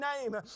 name